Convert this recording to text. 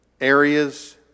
areas